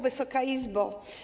Wysoka Izbo!